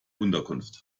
unterkunft